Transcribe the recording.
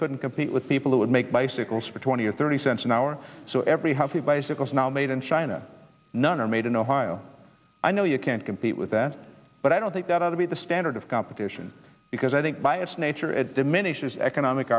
couldn't compete with people who would make bicycles for twenty or thirty cents an hour so every house has bicycles now made in china none are made in ohio i know you can't compete with that but i don't think that ought to be the standard of competition because i think by its nature it diminishes economic